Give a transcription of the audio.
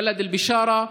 בלד אל-בשארה.